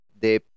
de